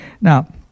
Now